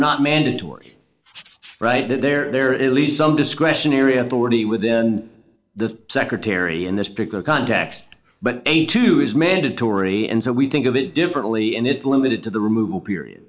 not mandatory right that there is least some discretionary authority within the secretary in this particular context but eighty two is mandatory and so we think of it differently and it's limited to the removal period